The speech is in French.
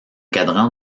cadran